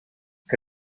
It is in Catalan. que